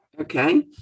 Okay